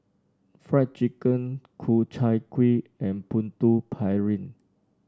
Fried Chicken Ku Chai Kuih and Putu Piring